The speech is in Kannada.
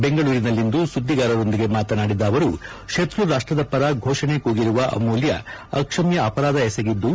ಬೆಂಗಳೂರಿನಲ್ಲಿಂದು ಸುದ್ದಿಗಾರರೊಂದಿಗೆ ಮಾತನಾಡಿದ ಅವರು ಶತ್ರು ರಾಷ್ಟದ ಪರ ಫೋಷಣೆ ಕೂಗಿರುವ ಅಮೂಲ್ಯ ಅಕ್ಷಮ್ಯ ಅಪರಾಧ ಎಸಗಿದ್ದು